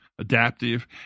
adaptive